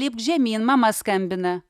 lipk žemyn mama skambina